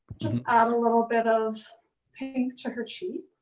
just add a little bit of pink to her cheek